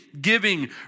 giving